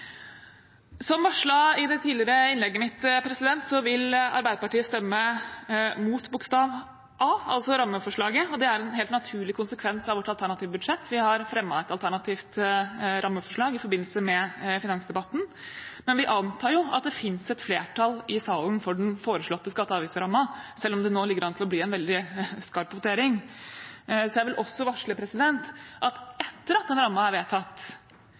Som varslet i det tidligere innlegget mitt, vil Arbeiderpartiet stemme mot bokstav A, altså rammeforslaget, og det er en helt naturlig konsekvens av vårt alternative budsjett. Vi har fremmet et alternativt rammeforslag i forbindelse med finansdebatten, men vi antar jo at det fins et flertall i salen for den foreslåtte skatte- og avgiftsrammen, selv om det nå ligger an til å bli en veldig skarp votering. Jeg vil også varsle at etter at den rammen er vedtatt,